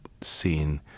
scene